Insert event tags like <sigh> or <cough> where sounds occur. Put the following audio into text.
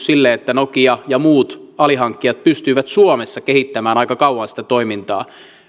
<unintelligible> sille että nokia ja muut alihankkijat pystyivät suomessa kehittämään aika kauan sitä toimintaa